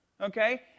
okay